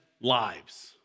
lives